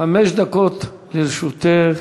חמש דקות לרשותך,